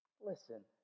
Listen